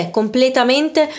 completamente